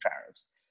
tariffs